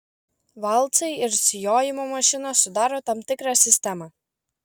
valcai ir sijojimo mašinos sudaro tam tikrą sistemą